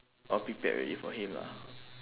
all prepared already for him lah